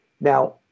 Now